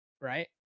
right